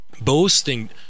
boasting